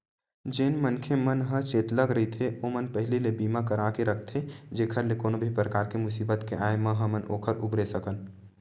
जेन मनखे मन ह चेतलग रहिथे ओमन पहिली ले बीमा करा के रखथे जेखर ले कोनो भी परकार के मुसीबत के आय म हमन ओखर उबरे सकन